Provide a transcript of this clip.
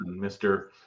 mr